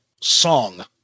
song